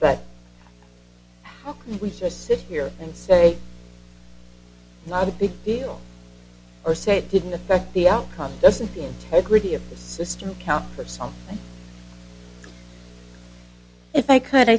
can we just sit here and say not a big deal or say it didn't affect the outcome doesn't the integrity of the system count for something if i could i